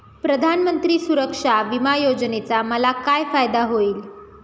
प्रधानमंत्री सुरक्षा विमा योजनेचा मला काय फायदा होईल?